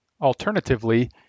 Alternatively